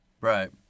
right